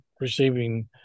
receiving